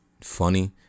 funny